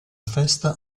festa